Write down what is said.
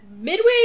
midway